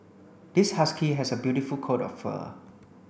this husky has a beautiful coat of fur